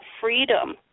freedom